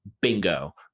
Bingo